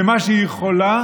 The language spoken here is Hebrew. במה שהיא יכולה,